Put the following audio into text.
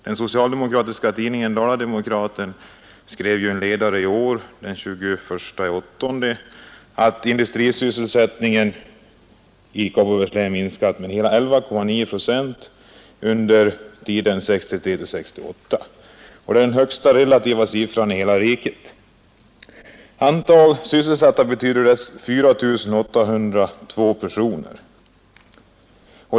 Den socialdemokratiska tidningen Dala Demokraten skrev den 21 augusti i år att industrisysselsättningen i Kopparbergs län minskat med hela 11,9 procent under tiden 1963 — 1968. Det är den högsta relativa siffran i hela riket. I antal sysselsatta betyder det 4 802 personer.